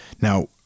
Now